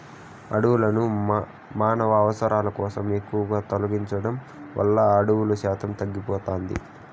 అడవులను మానవ అవసరాల కోసం ఎక్కువగా తొలగించడం వల్ల అడవుల శాతం తగ్గిపోతాది